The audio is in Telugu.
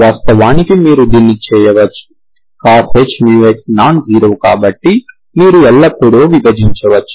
వాస్తవానికి మీరు దీన్ని చేయవచ్చు cosh μx నాన్జీరో కాబట్టి మీరు ఎల్లప్పుడూ విభజించవచ్చు